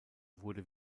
wurde